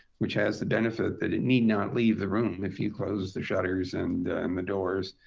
which has the benefit that it need not leave the room if you close the shutters and and the doors.